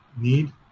need